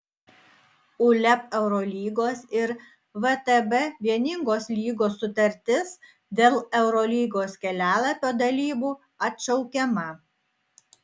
uleb eurolygos ir vtb vieningos lygos sutartis dėl eurolygos kelialapio dalybų atšaukiama